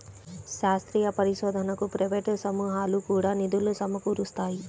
శాస్త్రీయ పరిశోధనకు ప్రైవేట్ సమూహాలు కూడా నిధులు సమకూరుస్తాయి